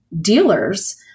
dealers